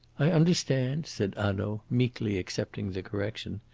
i understand, said hanaud, meekly accepting the correction.